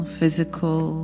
physical